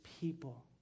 people